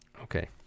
okay